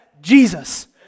Jesus